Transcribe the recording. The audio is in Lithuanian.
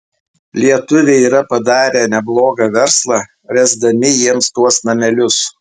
lietuviai yra padarę neblogą verslą ręsdami jiems tuos namelius